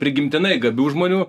prigimtinai gabių žmonių